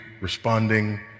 responding